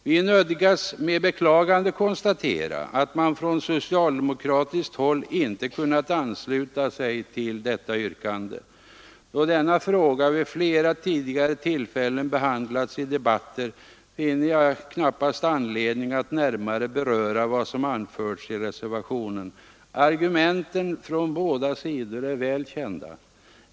Vi nödgas med beklagande konstatera att man från socialdemokratiskt håll inte kunnat ansluta sig till detta yrkande. Då denna fråga vid flera tidigare tillfällen behandlats i debatter finner jag inte anledning att närmare beröra vad som anförts i reservationen. Argumenten från båda sidor är väl kända.